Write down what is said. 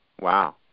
Wow